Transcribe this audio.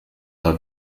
are